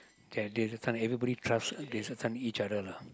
Thaddeus you can't everybody trust they trust on each other lah